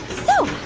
so